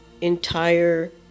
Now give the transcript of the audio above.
entire